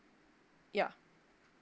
ya